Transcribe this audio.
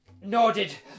nodded